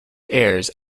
airs